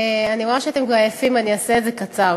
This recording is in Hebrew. אני רואה שאתם כבר עייפים, אני אעשה את זה קצר.